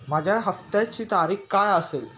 माझ्या हप्त्याची तारीख काय असेल?